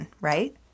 right